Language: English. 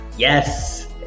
Yes